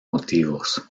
motivos